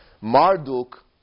Marduk